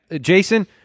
jason